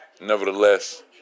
nevertheless